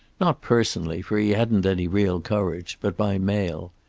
not personally, for he hadn't any real courage, but by mail.